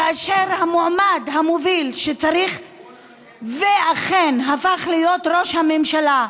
כאשר המועמד המוביל, שאכן הפך להיות ראש הממשלה,